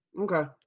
Okay